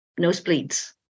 nosebleeds